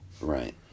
right